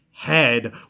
head